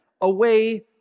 away